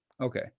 Okay